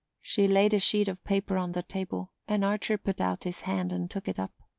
she laid a sheet of paper on the table, and archer put out his hand and took it up.